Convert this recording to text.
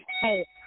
Hey